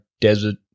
desert